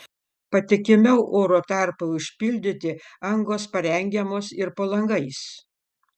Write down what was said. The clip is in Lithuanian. patikimiau oro tarpui užpildyti angos parengiamos ir po langais